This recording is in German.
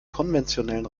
konventionellen